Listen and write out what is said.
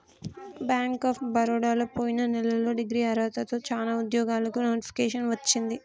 bank of బరోడలో పొయిన నెలలో డిగ్రీ అర్హతతో చానా ఉద్యోగాలకు నోటిఫికేషన్ వచ్చింది